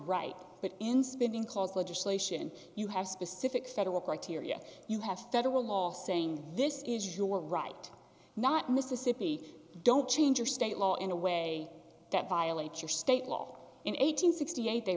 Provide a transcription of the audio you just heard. right but in spinning cause legislation you have specific federal criteria you have federal law saying this is your right not mississippi don't change your state law in a way that violates your state law in eight hundred and sixty eight they